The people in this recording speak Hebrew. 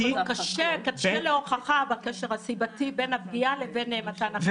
קשה להוכיח את הקשר הסיבתי בין הפגיעה לבין מתן החיסון.